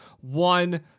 one